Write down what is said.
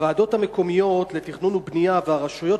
הוועדות המקומיות לתכנון ובנייה והרשויות